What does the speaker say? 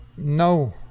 No